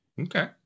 Okay